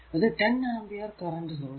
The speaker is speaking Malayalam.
ഇത് 10 ആംപിയർ കറന്റ് സോഴ്സ്